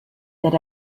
that